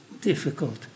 difficult